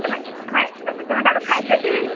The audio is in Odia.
ତମେ ତମେ ତମେ ତାଠୁ ଖାଇଛ ଟି